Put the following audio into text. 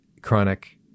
chronic